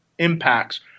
impacts